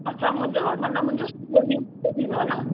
अच्छा मुंहिंजो अ मतिलबु मुंहिंजो सॼो ॾींहुं हुते थींदो न